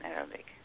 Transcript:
Arabic